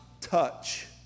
touch